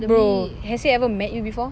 bro has he ever met you before